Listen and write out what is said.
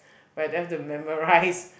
where I don't have to memorize